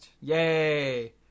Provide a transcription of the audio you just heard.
Yay